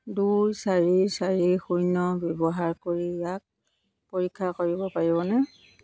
দুই চাৰি চাৰি শূন্য ব্যৱহাৰ কৰি ইয়াক পৰীক্ষা কৰিব পাৰিবনে